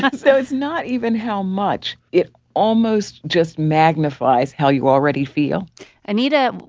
so it's not even how much. it almost just magnifies how you already feel anita,